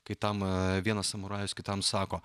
kai tam vienas samurajus kitam sako